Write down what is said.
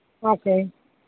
okay